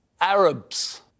Arabs